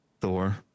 Thor